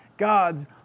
God's